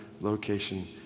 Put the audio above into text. location